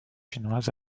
chinoise